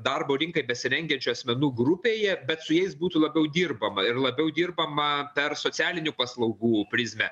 darbo rinkai besirengiančių asmenų grupėje bet su jais būtų labiau dirbama ir labiau dirbama per socialinių paslaugų prizmę